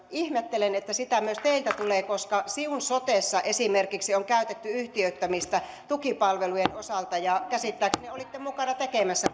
ihmettelen että sitä myös teiltä tulee koska siun sotessa esimerkiksi on käytetty yhtiöittämistä tukipalvelujen osalta ja käsittääkseni olitte mukana tekemässä